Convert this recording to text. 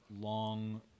long